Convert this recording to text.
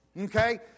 Okay